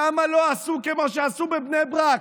למה לא עשו כמו שעשו בבני ברק,